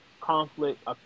conflict